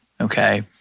Okay